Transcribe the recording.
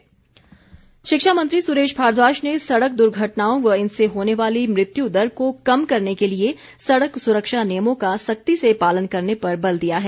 सुरेश भारद्वाज शिक्षा मंत्री सुरेश भारद्वाज ने सड़क दर्घटनाओं व इनसे होने वाली मृत्यू दर को कम करने के लिए सड़क सुरक्षा नियमों का सख्ती से पालन करने पर बल दिया है